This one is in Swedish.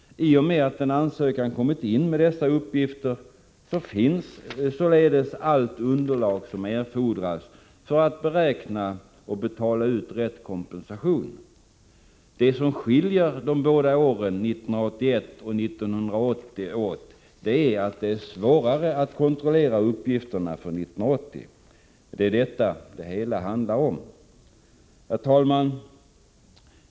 I och med att en ansökan kommit in med dessa uppgifter finns således allt underlag som erfordras för att beräkna och betala ut rätt kompensation. Det som skiljer de båda åren 1981 och 1980 åt är att det är svårare att kontrollera uppgifterna för 1980. Det är detta som det hela handlar om. Herr talman!